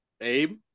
Abe